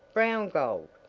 brown gold.